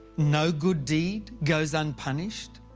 no good deed goes unpunished.